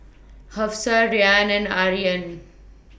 Hafsa Ryan and Aryan